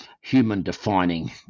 human-defining